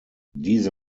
diese